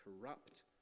corrupt